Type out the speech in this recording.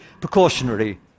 precautionary